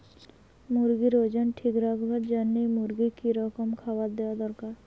মুরগির ওজন ঠিক রাখবার জইন্যে মূর্গিক কি রকম খাবার দেওয়া দরকার?